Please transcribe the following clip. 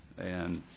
and